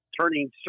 turning